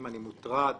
ואתה מבקש ממני,